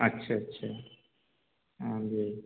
अच्छा अच्छा जी